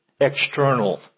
external